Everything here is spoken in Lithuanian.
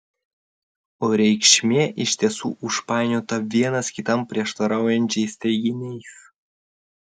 o reikšmė iš tiesų užpainiota vienas kitam prieštaraujančiais teiginiais